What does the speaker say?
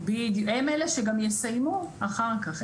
הם אלה שגם יסיימו אחר כך.